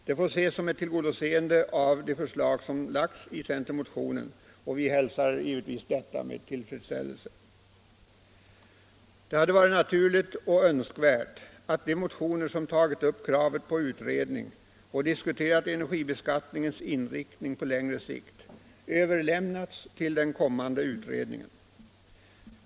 Det får ses som ett tillgodoseende av de förslag som framlagts i centermotionen, och vi hälsar givetvis detta med tillfredsställelse. Det hade varit naturligt och önskvärt att de motioner som tagit upp kravet på utredning och diskuterat energibeskattningens inriktning på längre sikt överlämnats till den kommande utredningen.